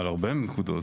על הרבה נקודות.